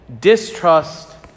distrust